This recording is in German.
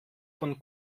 von